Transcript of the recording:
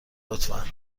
لطفا